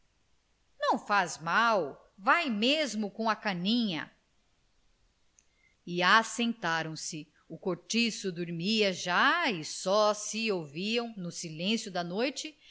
não faz mal vai mesmo com a caninha e assentaram se o cortiço dormia já e só se ouviam no silêncio da noite